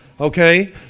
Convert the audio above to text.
okay